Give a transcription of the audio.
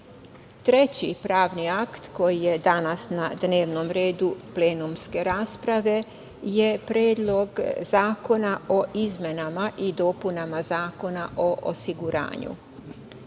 pravni akt koji je danas na dnevnom redu plenumske rasprave je Predlog zakona o izmenama i dopunama Zakona o osiguranju.